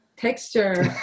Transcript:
texture